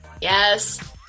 Yes